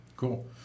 Cool